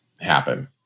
happen